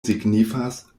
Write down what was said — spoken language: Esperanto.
signifas